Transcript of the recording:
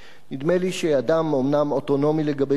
נדמה לי שאדם אומנם אוטונומי לגבי גופו